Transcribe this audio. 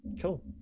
Cool